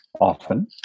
often